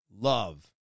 love